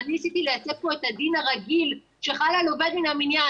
ואני ניסיתי להציג פה את הדין הרגיל שחל על עובד מן המניין,